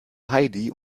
heidi